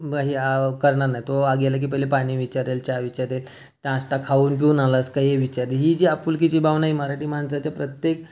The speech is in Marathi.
ब करणार नाही तो आत गेलं की पहिले पाणी विचारेल चहा विचारेल नाष्टा खाऊन पिऊन आलास का हे विचारेल ही जी आपुलकीची भावना आहे ही मराठी माणसाच्या प्रत्येक